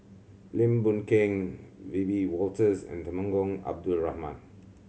Lim Boon Keng Wiebe Wolters and Temenggong Abdul Rahman